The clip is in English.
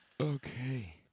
Okay